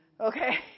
Okay